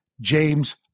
James